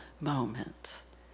moments